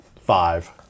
five